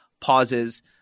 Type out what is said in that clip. pauses